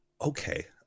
Okay